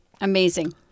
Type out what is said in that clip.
Amazing